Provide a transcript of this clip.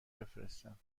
بفرستم